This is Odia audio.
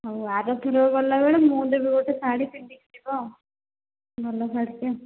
ହଉ ଆରଥର ଗଲାବେଳେ ମୁଁ ଦେବି ଗୋଟେ ଶାଢ଼ୀ ପିନ୍ଧିକି ଯିବ ଆଉ ଭଲ ଶାଢ଼ୀଟେ